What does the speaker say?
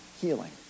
healing